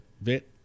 Vet